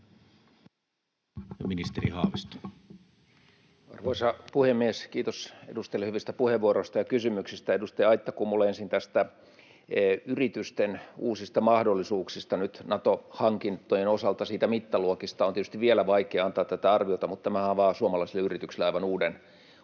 Content: Arvoisa puhemies! Kiitos edustajille hyvistä puheenvuoroista ja kysymyksistä. Edustaja Aittakummulle ensin yritysten uusista mahdollisuuksista nyt Nato-hankintojen osalta: mittaluokista on tietysti vielä vaikea antaa arviota, mutta tämä avaa suomalaisille yrityksille aivan uuden